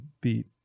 beat